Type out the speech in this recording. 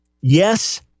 Yes